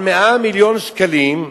על 100 מיליון שקלים,